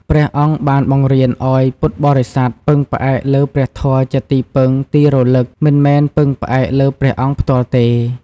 ព្រះអង្គបានបង្រៀនឱ្យពុទ្ធបរិស័ទពឹងផ្អែកលើព្រះធម៌ជាទីពឹងទីរលឹក មិនមែនពឹងផ្អែកលើព្រះអង្គផ្ទាល់ទេ។